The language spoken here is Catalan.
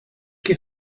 que